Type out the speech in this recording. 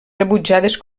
rebutjades